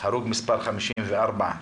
הרוג מס' 54,